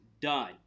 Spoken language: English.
done